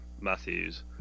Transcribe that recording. matthews